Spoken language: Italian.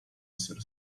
essere